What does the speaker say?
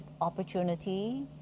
opportunity